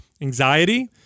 anxiety